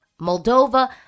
Moldova